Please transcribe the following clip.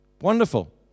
Wonderful